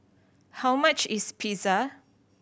how much is Pizza